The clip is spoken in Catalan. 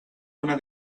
una